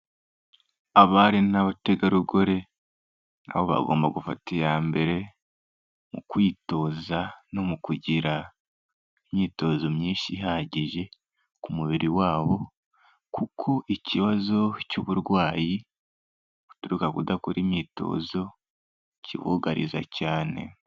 Abari n'abategarugori na bo bagomba gufata iya mbere mu kwitoza no mu kugira imyitozo myinshi ihagije ku mubiri wabo, kuko ikibazo cy'uburwayi buturuka ku kudakora imyitozo kibugariza cyane.